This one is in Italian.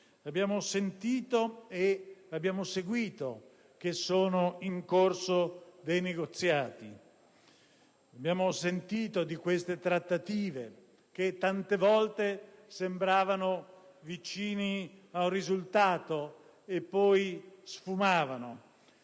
abbiamo sentito, e seguito, che sono in corso negoziati. Abbiamo saputo di queste trattative, che tante volte sembravano vicine a un risultato e poi sfumavano;